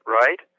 right